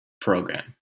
program